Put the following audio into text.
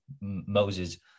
Moses